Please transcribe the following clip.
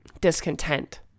discontent